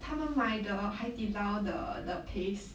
他们买 the 海底捞 the the paste